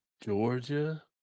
Georgia